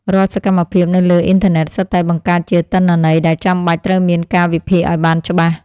រាល់សកម្មភាពនៅលើអ៊ិនធឺណិតសុទ្ធតែបង្កើតជាទិន្នន័យដែលចាំបាច់ត្រូវមានការវិភាគឱ្យបានច្បាស់។